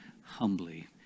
humbly